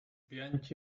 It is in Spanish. bianchi